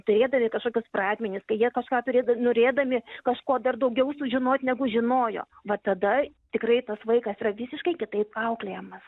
turėdami kažkokius pradmenis kai jie kažką turėda norėdami kažko dar daugiau sužinot negu žinojo va tada tikrai tas vaikas yra visiškai kitaip auklėjamas